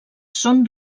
són